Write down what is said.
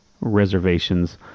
reservations